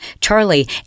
Charlie